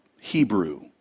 Hebrew